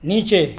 नीचे